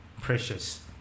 precious